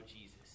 Jesus